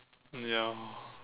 ya